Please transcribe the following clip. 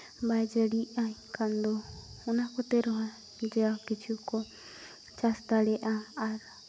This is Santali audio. ᱵᱟᱭ ᱡᱟᱹᱲᱤᱭᱮᱜᱟ ᱠᱷᱟᱱ ᱫᱚ ᱚᱱᱟ ᱠᱚᱛᱮ ᱨᱮᱦᱚᱸ ᱡᱟ ᱠᱤᱪᱷᱩ ᱠᱚ ᱪᱟᱥ ᱫᱟᱲᱮᱭᱟᱜᱼᱟ ᱟᱨ